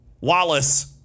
Wallace